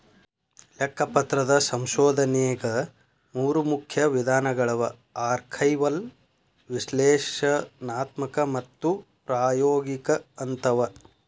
ಲೆಕ್ಕಪತ್ರದ ಸಂಶೋಧನೆಗ ಮೂರು ಮುಖ್ಯ ವಿಧಾನಗಳವ ಆರ್ಕೈವಲ್ ವಿಶ್ಲೇಷಣಾತ್ಮಕ ಮತ್ತು ಪ್ರಾಯೋಗಿಕ ಅಂತವ